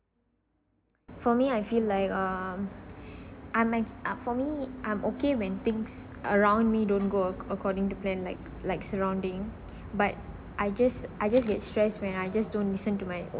for me I feel like um ah mi~ ah for me I'm okay when things around me don't go acc~ according to plan like like surrounding but I just I just get stressed when I just don't listen to my